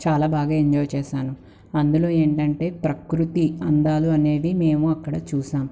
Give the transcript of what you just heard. చాలా బాగా ఎంజాయ్ చేశాను అందులో ఏంటంటే ప్రకృతి అందాలు అనేవి మేము అక్కడ చూసాం